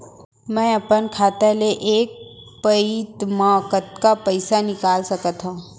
मैं अपन खाता ले एक पइत मा कतका पइसा निकाल सकत हव?